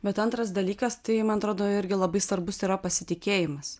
bet antras dalykas tai man atrodo irgi labai svarbus yra pasitikėjimas